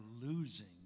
losing